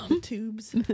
tubes